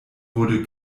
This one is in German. wurde